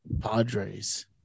Padres